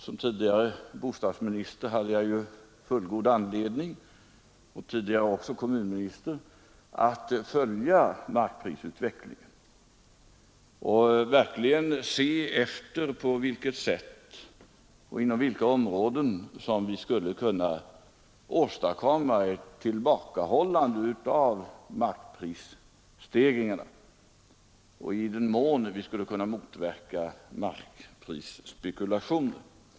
Som bostadsminister och även som kommunminister hade jag ju tidigare fullgod anledning att följa markprisutvecklingen och verkligen se efter på vilket sätt och inom vilka områden vi skulle kunna åstadkomma ett tillbakahållande av markprisstegringarna samt i vilken mån vi skulle kunna motverka markspekulationer.